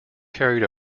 carried